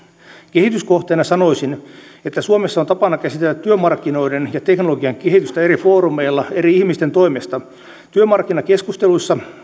kehityskohteena sanoisin että suomessa on tapana käsitellä työmarkkinoiden ja teknologian kehitystä eri foorumeilla eri ihmisten toimesta työmarkkinakeskusteluissa